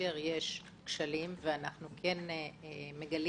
כאשר יש כשלים שאנחנו מגלים